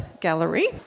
gallery